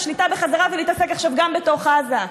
השליטה בחזרה ולהתעסק עכשיו גם בתוך עזה.